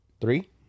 Three